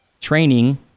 training